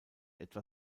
etwa